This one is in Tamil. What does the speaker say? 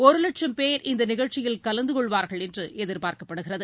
ஒரு லட்சம் போ் இந்த நிகழ்ச்சியில் கலந்துகொள்வார்கள் என்று எதிர்ப்பார்க்கப்படுகிறது